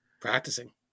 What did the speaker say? Practicing